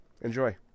Enjoy